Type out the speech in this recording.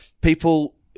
people